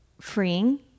freeing